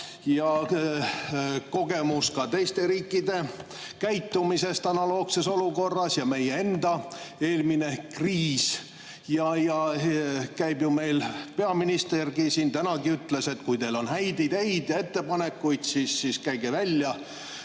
kogemus teiste riikide käitumisest analoogses olukorras ja meie enda eelmine kriis. Peaminister siin tänagi ütles, et kui teil on häid ideid ja ettepanekuid, siis käige välja.